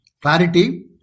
clarity